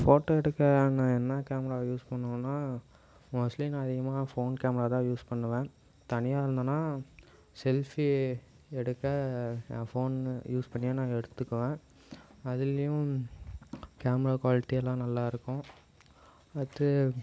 photo எடுக்க நான் என்ன கேமராவை யூஸ் பண்ணுவேன்னா மோஸ்ட்லி நான் அதிகமாக ஃபோன் கேமரா தான் யூஸ் பண்ணுவேன் தனியாக இருந்தனா செல்ஃபி எடுக்க நான் ஃபோன் யூஸ் பண்ணி நான் எடுத்துக்குவேன் அதுலேயும் கேமரா குவாலிட்டி எல்லாம் நல்லா இருக்கும் அடுத்து